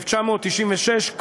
1996,